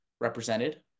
represented